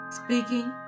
speaking